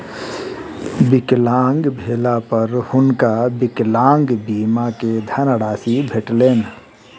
विकलांग भेला पर हुनका विकलांग बीमा के धनराशि भेटलैन